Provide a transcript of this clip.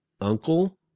uncle